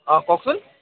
অঁ কওকচোন